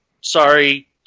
sorry